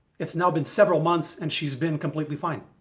it's now been several months and she's been completely fine.